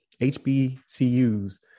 HBCUs